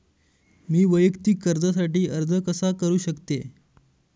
मी वैयक्तिक कर्जासाठी अर्ज कसा करु शकते?